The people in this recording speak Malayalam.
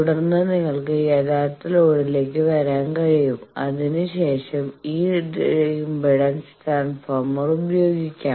തുടർന്ന് നിങ്ങൾക്ക് യഥാർത്ഥത ലോഡിലേക്ക് വരാൻ കഴിയും അതിന് ശേഷം ഈ ഇംപെഡൻസ് ട്രാൻസ്ഫോർമർ ഉപയോഗിക്കാം